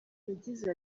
yagize